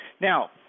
Now